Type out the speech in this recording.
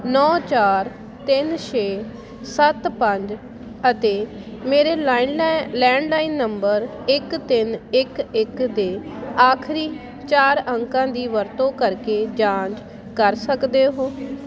ਨੌਂ ਚਾਰ ਤਿੰਨ ਛੇ ਸੱਤ ਪੰਜ ਅਤੇ ਮੇਰੇ ਲਾਈਨ ਲੈ ਲੈਂਡਲਾਈਨ ਨੰਬਰ ਇੱਕ ਤਿੰਨ ਇੱਕ ਇੱਕ ਦੇ ਆਖਰੀ ਚਾਰ ਅੰਕਾਂ ਦੀ ਵਰਤੋਂ ਕਰਕੇ ਜਾਂਚ ਕਰ ਸਕਦੇ ਹੋ